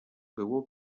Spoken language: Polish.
było